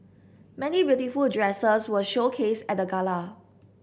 many beautiful dresses were showcased at the gala